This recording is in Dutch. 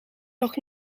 nog